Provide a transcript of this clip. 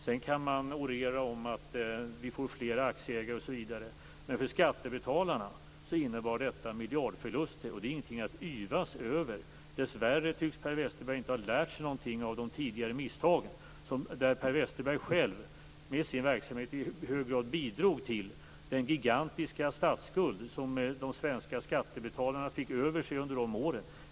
Sedan kan man orera om att vi fick flera aktieägare osv., men för skattebetalarna innebar detta miljardförluster. Det är ingenting att yvas över. Dessvärre tycks Per Westerberg inte ha lärt sig någonting av de tidigare misstagen, där Per Westerberg själv med sin verksamhet i hög grad bidrog till den gigantiska statsskuld som de svenska skattebetalarna fick över sig under de åren.